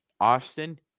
Austin